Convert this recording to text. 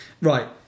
Right